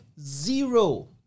zero